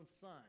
son